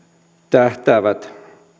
tähtäävät